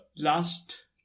last